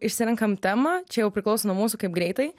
išsirenkam temą čia jau priklauso nuo mūsų kaip greitai